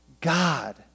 God